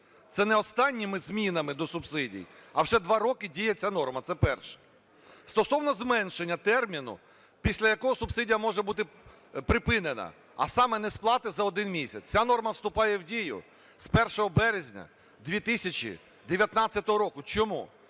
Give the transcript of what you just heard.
це не останніми змінами до субсидій, а вже 2 роки діє ця норма. Це перше. Стосовно зменшення терміну, після якого субсидія може бути припинена, а саме несплати за один місяць, ця норма вступає в дію з 1 березня 2019 року. Чому?